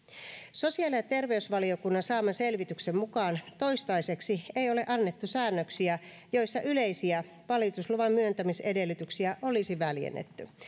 sosiaali ja terveysvaliokunnan saama selvityksen mukaan toistaiseksi ei ole annettu säännöksiä joissa yleisiä valitusluvan myöntämisedellytyksiä olisi väljennetty